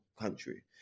country